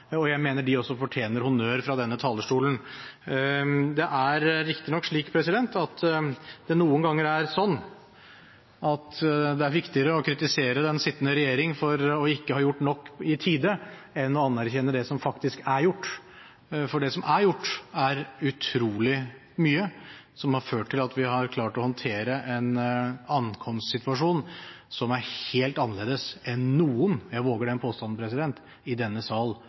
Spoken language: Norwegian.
og jeg mener at de også fortjener honnør fra denne talerstolen. Det er riktignok slik at det noen ganger er viktigere å kritisere den sittende regjering for ikke å ha gjort nok i tide, enn å anerkjenne det som faktisk er gjort, for det som er gjort, er utrolig mye, og som har ført til at vi har klart å håndtere en ankomstsituasjon som er helt annerledes enn noen – jeg våger den påstanden – i denne sal